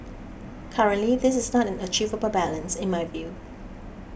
currently this is not an achievable balance in my view